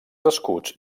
escuts